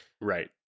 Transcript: right